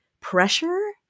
pressure